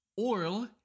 oil